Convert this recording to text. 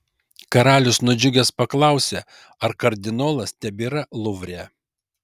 karalius nudžiugęs paklausė ar kardinolas tebėra luvre